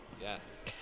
Yes